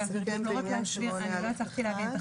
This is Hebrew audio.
לא הצלחתי להבין.